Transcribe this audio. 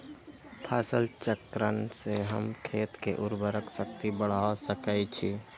फसल चक्रण से हम खेत के उर्वरक शक्ति बढ़ा सकैछि?